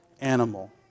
animal